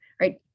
right